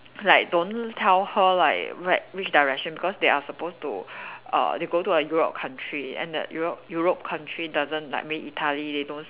like don't tell her like where which direction because they are supposed to err they go to a Europe country and the Europe Europe country doesn't like mean Italy they don't